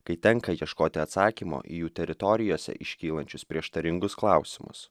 kai tenka ieškoti atsakymo į jų teritorijose iškylančius prieštaringus klausimus